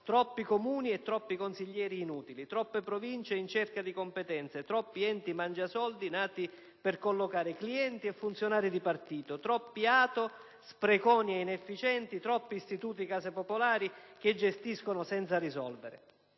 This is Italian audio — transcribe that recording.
troppi Comuni e troppi consiglieri inutili, troppe Province in cerca di competenze, troppi enti mangiasoldi nati per collocare clienti e funzionari di partito, troppi ATO spreconi e inefficienti, troppi istituti autonomi case popolari che gestiscono senza risolvere.